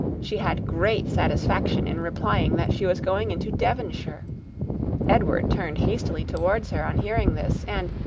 she had great satisfaction in replying that she was going into devonshire edward turned hastily towards her, on hearing this, and,